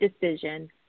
decision